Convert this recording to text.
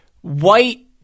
white